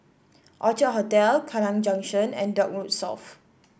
Orchard Hotel Kallang Junction and Dock Road South